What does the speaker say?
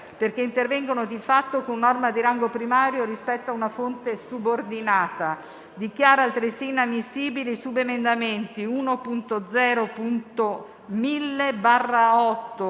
perché intervengono di fatto con norma di rango primario rispetto a una fonte subordinata. Dichiara altresì inammissibili i subemendamenti 1.0.1000/8